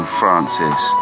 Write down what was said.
francis